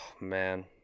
man